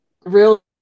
real